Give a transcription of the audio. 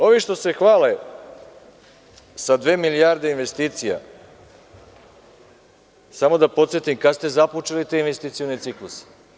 Ovi što se hvale sa dve milijarde investicija, samo da podsetim - kada ste započeli te investicione cikluse?